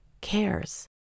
cares